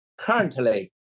currently